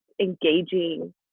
engaging